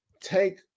take